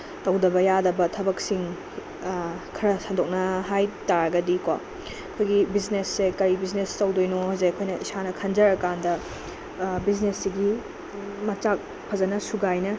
ꯇꯧꯗꯕ ꯌꯥꯗꯕ ꯊꯕꯛꯁꯤꯡ ꯈꯔ ꯁꯟꯗꯣꯛꯅ ꯍꯥꯏꯇꯥꯔꯒꯗꯤꯀꯣ ꯑꯩꯈꯣꯏꯒꯤ ꯕꯤꯖꯤꯅꯦꯁꯦ ꯀꯔꯤ ꯕꯤꯖꯤꯅꯦꯁ ꯇꯧꯗꯣꯏꯅꯣꯁꯦ ꯑꯩꯈꯣꯏꯅ ꯏꯁꯥꯅ ꯈꯟꯖꯔꯀꯥꯟꯗ ꯕꯤꯖꯤꯅꯦꯁꯁꯤꯒꯤ ꯃꯆꯥꯛ ꯐꯖꯅ ꯁꯨꯒꯥꯏꯅ